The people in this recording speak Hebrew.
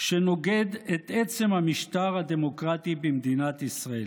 שנוגד את עצם המשטר הדמוקרטי במדינת ישראל.